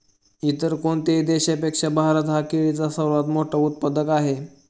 इतर कोणत्याही देशापेक्षा भारत हा केळीचा सर्वात मोठा उत्पादक आहे